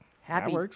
Happy